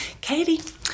Katie